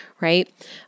right